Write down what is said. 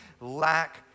lack